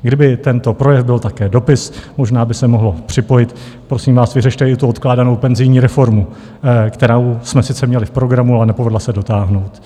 Kdyby tento projev byl také dopis, možná by se mohlo připojit: Prosím vás, vyřešte i tu odkládanou penzijní reformu, kterou jsme sice měli v programu, ale nepovedla se dotáhnout.